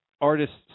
artists